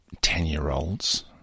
ten-year-olds